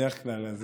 בדרך כלל,